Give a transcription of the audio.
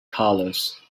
colors